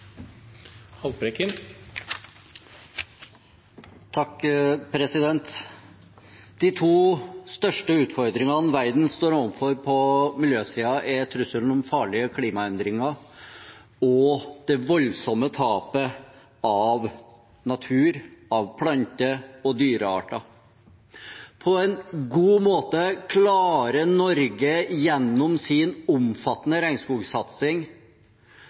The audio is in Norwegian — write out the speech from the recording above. trusselen om farlige klimaendringer og det voldsomme tapet av natur og plante- og dyrearter. På en god måte klarer Norge gjennom sin omfattende regnskogsatsing